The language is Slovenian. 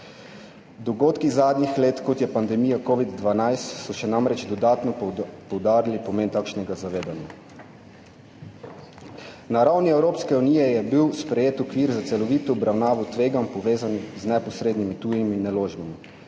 Dogodki zadnjih let, kot je pandemija covid-12 so še namreč dodatno poudarili pomen takšnega zavedanja. Na ravni Evropske unije je bil sprejet okvir za celovito obravnavo tveganj povezanih z neposrednimi tujimi naložbami.